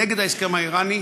נגד ההסכם האיראני,